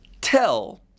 tell